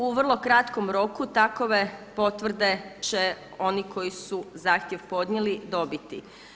U vrlo kratkom roku takove potvrde će oni koji su zahtjev podnijeli dobiti.